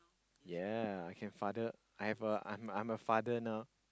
ya I can father I have a I'm I'm a father now